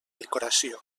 decoració